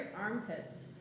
armpits